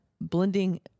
blending